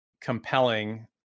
compelling